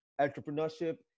entrepreneurship